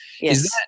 Yes